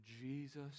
Jesus